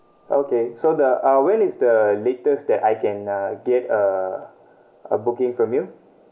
okay so the uh when is the latest that I can uh get a a booking from you